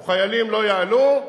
או חיילים לא יעלו,